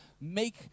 make